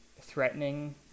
threatening